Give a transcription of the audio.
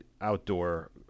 outdoor